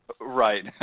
Right